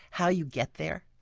how you get there?